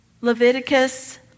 Leviticus